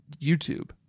YouTube